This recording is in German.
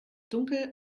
dunkel